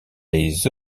les